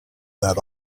that